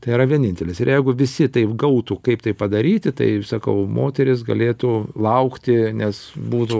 tai yra vienintelis ir jeigu visi taip gautų kaip tai padaryti tai sakau moterys galėtų laukti nes būtų